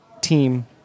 team